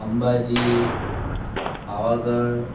Ambaji Pavagadh